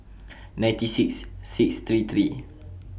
ninety six six three three